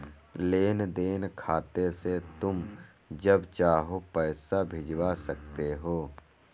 लेन देन खाते से तुम जब चाहो पैसा भिजवा सकते हो